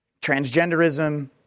Transgenderism